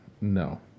No